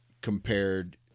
compared